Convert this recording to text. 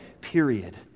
period